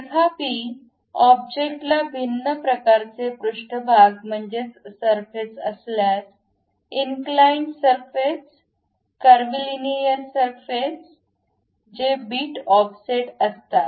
तथापि ऑब्जेक्टला भिन्न प्रकारचे पृष्ठभाग म्हणजेच सरफेस असल्यास inclined surface curvy linear surface जे बिट ऑफसेट असतात